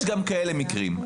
יש גם כאלה מקרים,